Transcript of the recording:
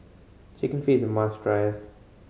Chicken Feet is a must try